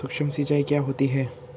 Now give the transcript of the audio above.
सुक्ष्म सिंचाई क्या होती है?